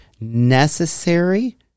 Necessary